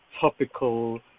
topical